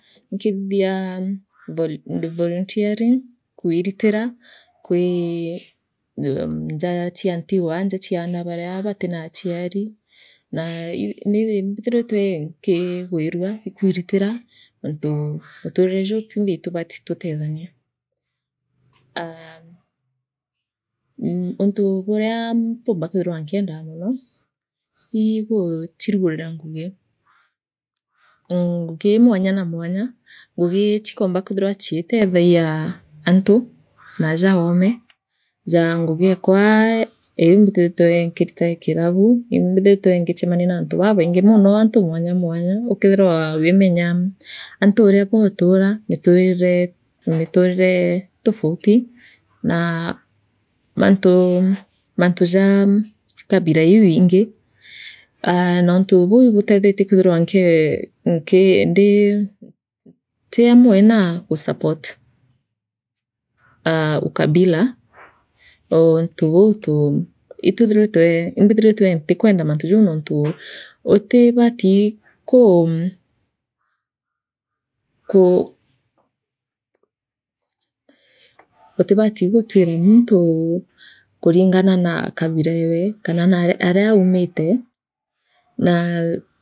Nkithithia Voi volunteering kwiiritira kwii njaa chia ntigwa njaa china baaria batina achiari na ii niithi imbithiritwe kii nkigwirua ikwiiritira nontu muturire juu twinthe itubati tuteethanie aa mh mh untu baria mpumba kwithirwa nkiendaa mono ii guchirugurira ngugi amm ngugi mwanya na mwanya ngugi chikoomba kwithirwa chitethagia antu naaja oome jaa ngugi ekwa iu mbithiritwe nkirita ee kilabu imbithiritwe ngichemania mantu mantu jaa kabila iu iingi aa noontu buu ibutethetie kwithirwa nke nki ndi n ntiamwe na gusupport aa ukabila jau nontu utibatii kuu kuu utibati gutwira muntu kuringana naa kabila ewe kana naaria aumite naa.